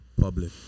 Public